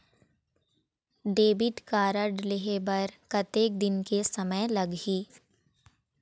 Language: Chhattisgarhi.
डेबिट कारड लेहे बर कतेक दिन के समय लगही?